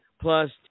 plus